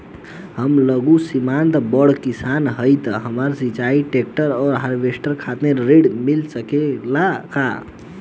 हम लघु सीमांत बड़ किसान हईं त हमरा सिंचाई ट्रेक्टर और हार्वेस्टर खातिर ऋण मिल सकेला का?